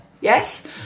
yes